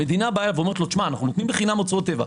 המדינה אומרת לו: נותנים בחינם הוצאות טבע.